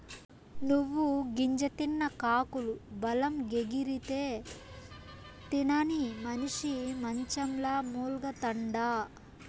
నువ్వు గింజ తిన్న కాకులు బలంగెగిరితే, తినని మనిసి మంచంల మూల్గతండా